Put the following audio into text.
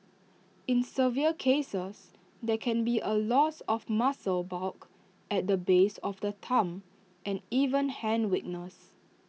in severe cases there can be A loss of muscle bulk at the base of the thumb and even hand weakness